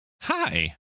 Hi